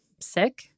sick